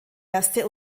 erste